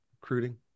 recruiting